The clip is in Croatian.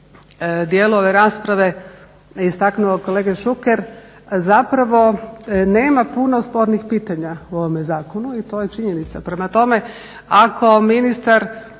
dijelu ove rasprave istaknuo kolega Šuker, zapravo nema puno spornih pitanja u ovome zakonu i to je činjenica. Prema tome, ako ministar